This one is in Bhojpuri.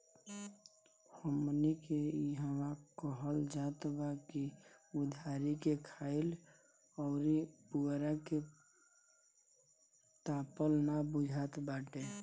हमनी के इहां कहल जात बा की उधारी के खाईल अउरी पुअरा के तापल ना बुझात बाटे